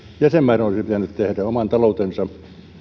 jäsenmaiden olisi pitänyt tehdä oman taloutensa